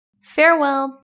Farewell